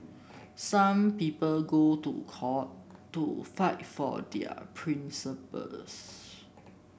some people go to court to fight for their principles